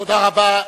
תודה רבה.